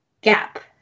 gap